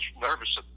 nervous